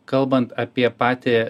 kalbant apie patį